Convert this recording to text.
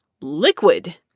Liquid